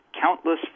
countless